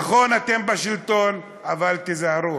נכון, אתם בשלטון, אבל תיזהרו.